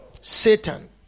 Satan